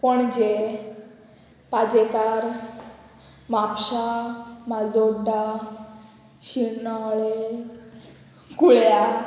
पणजे पाजेकार म्हापशां म्हाजोड्डा शिर्णेंळे कुळ्या